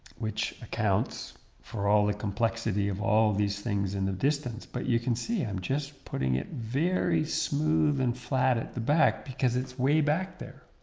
which accounts for all the complexity of all these things in the distance but you can see, i'm just putting it very smooth and flat at the back because it's way back there,